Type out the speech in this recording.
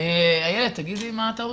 איילת, תגידי מה הטעות.